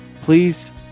please